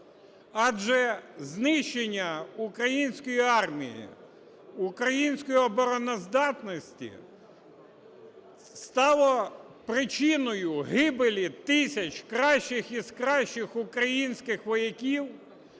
Адже знищення української армії, української обороноздатності стало причиною гибелі тисяч кращих із кращих українських вояків